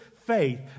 faith